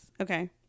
Okay